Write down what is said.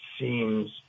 seems